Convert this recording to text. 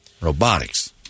Robotics